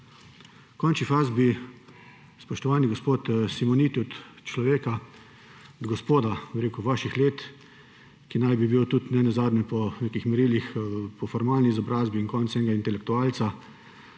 končni fazi bi, spoštovani gospod Simoniti, od človeka, od gospoda vaših let, ki naj bi bil ne nazadnje po nekih merilih, po formalni izobrazbi en konec enega intelektualca,